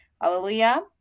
hallelujah